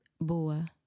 boa